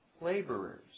laborers